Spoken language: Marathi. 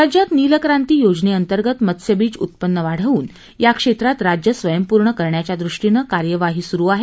राज्यात नीलक्रांती योजनेअंतर्गत मत्स्यबीज उत्पन्न वाढवून या क्षेत्रात राज्य स्वयंपूर्ण करण्याच्या दृष्टीने कार्यवाही सुरू आहे